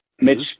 Mitch